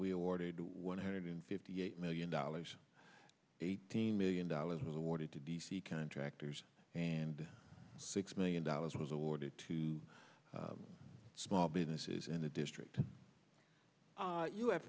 we ordered one hundred fifty eight million dollars eighteen million dollars was awarded to b c contractors and six million dollars was awarded to small businesses in the district you have